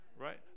right